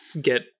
get